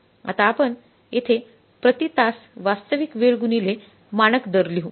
आता अपण येथे प्रति तास वास्तविक वेळ गुणिले मानक दर लिहू